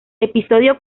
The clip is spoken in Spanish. episodio